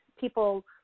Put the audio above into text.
people